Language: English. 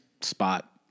spot